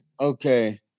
Okay